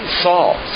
Saul